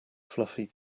fluffy